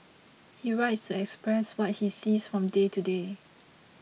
he writes to express what he sees from day to day